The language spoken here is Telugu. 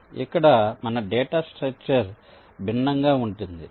కాబట్టి ఇక్కడ మన డేటా స్ట్రక్చర్ భిన్నంగా ఉంటుంది